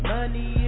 Money